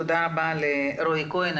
תודה רבה לרועי כהן.